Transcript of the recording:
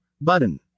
button